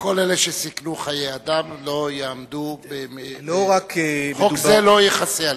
כל אלה שסיכנו חיי אדם, חוק זה לא יכסה עליהם.